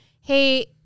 hey